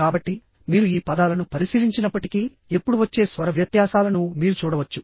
కాబట్టి మీరు ఈ పదాలను పరిశీలించినప్పటికీ ఎప్పుడు వచ్చే స్వర వ్యత్యాసాలను మీరు చూడవచ్చు